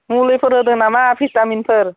मुलिफोर होदों नामा भिटामिनफोर